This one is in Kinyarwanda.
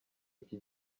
iki